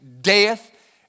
death